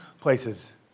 places